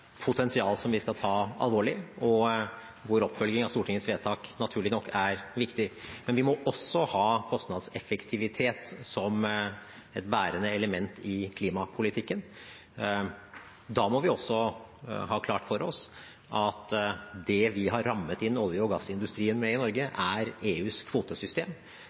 potensial som vi skal ta alvorlig, og hvor oppfølging av Stortingets vedtak naturlig nok er viktig. Men vi må også ha kostnadseffektivitet som et bærende element i klimapolitikken. Da må vi også ha klart for oss at det vi har rammet inn olje- og gassindustrien med i Norge, er EUs kvotesystem.